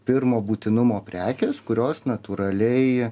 pirmo būtinumo prekės kurios natūraliai